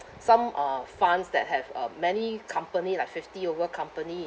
some are funds that have uh many company like fifty over company